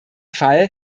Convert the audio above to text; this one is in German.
fall